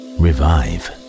Revive